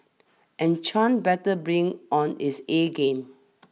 and Chan better bring on his A game